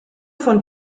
von